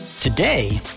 Today